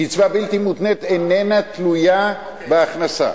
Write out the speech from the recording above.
קצבה בלתי מותנית איננה תלויה בהכנסה.